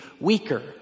weaker